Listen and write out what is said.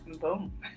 boom